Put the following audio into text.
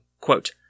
quote